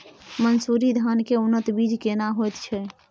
मन्सूरी धान के उन्नत बीज केना होयत छै?